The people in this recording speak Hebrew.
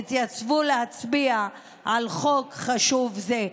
יתייצבו להצביע על חוק חשוב זה.